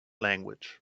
language